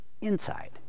inside